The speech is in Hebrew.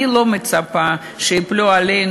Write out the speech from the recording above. אני לא מצפה שייפלו עלינו,